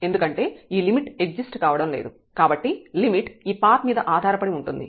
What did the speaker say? ఎందుకంటే ఈ limit exist కావడం లేదు కాబట్టి లిమిట్ ఈ పాత్ మీద ఆధారపడి ఉంటుంది